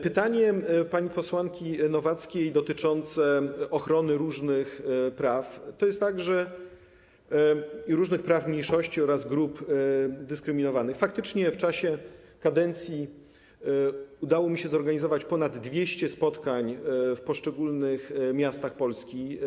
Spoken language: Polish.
Pytanie pani posłanki Nowackiej dotyczące ochrony różnych praw mniejszości oraz grup dyskryminowanych: faktycznie w czasie kadencji udało mi się zorganizować ponad 200 spotkań w poszczególnych miastach Polski.